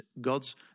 Gods